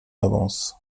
avance